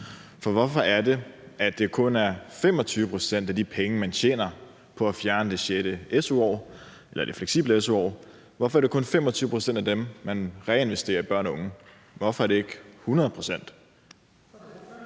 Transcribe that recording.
For hvorfor er det, at det kun er 25 pct. af de penge, man tjener på at fjerne det 6. su-år eller det fleksible su-år, man reinvesterer i børn og unge? Hvorfor er det ikke 100 pct.?